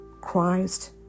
Christ